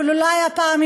אבל אולי הפעם,